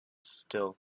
still